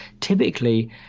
typically